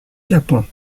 japon